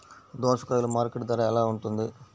దోసకాయలు మార్కెట్ ధర ఎలా ఉంటుంది?